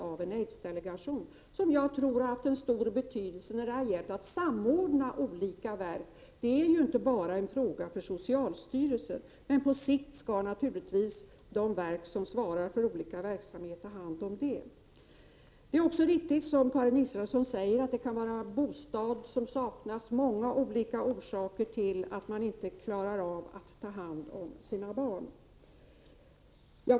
Jag tror att aidsdelegationen har haft stor betydelse när det gällt att samordna olika verk. Det är ju inte bara en fråga för socialstyrelsen. På sikt skall naturligtvis de verk som svarar för vissa verksamheter ta hand om dessa. Som Karin Israelsson så riktigt säger kan det saknas bostad. Det kan finnas många olika orsaker till att man inte kan ta hand om sina barn.